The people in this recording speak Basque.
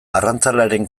arrantzalearen